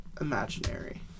imaginary